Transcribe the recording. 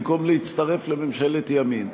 במקום להצטרף לממשלת ימין?